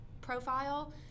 profile